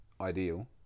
ideal